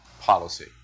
policy